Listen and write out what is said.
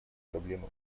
проблемы